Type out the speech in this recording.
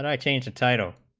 and change the title